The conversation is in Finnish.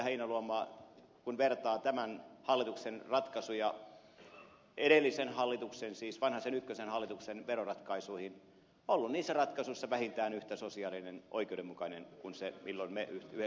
heinäluoma kun vertaa tämän hallituksen ratkaisuja edellisen hallituksen siis vanhasen ykköshallituksen veroratkaisuihin ollut niissä ratkaisuissa vähintään yhtä sosiaalinen ja oikeudenmukainen kuin milloin me yhdessä hallitsimme